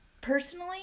personally